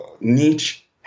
niche